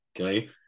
Okay